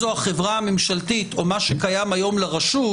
השלטון המקומי, וטוב שכך, הוא מערכת יצירתית.